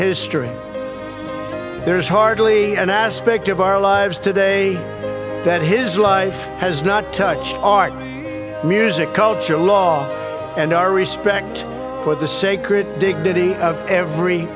history there is hardly an aspect of our lives today that his life has not touched our music culture love and our respect for the sacred dignity of every